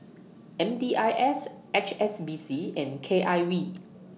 M D I S H S B C and K I V